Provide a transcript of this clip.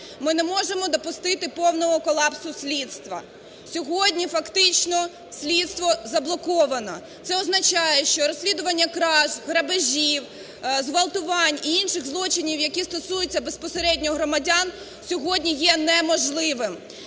ми не можемо допустити повного колапсу слідства. Сьогодні фактично слідство заблоковано. Це означає, що розслідування краж, грабежів, зґвалтувань і інших злочинів, які стосуються безпосередньо громадян, сьогодні є неможливим.